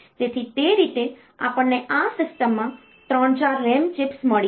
તેથી તે રીતે આપણને આ સિસ્ટમમાં 3 4 RAM ચિપ્સ મળી છે